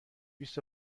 بیست